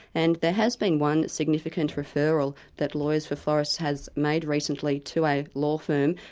and there has been one significant referral that lawyers for forests has made recently to a law firm,